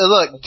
Look